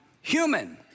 human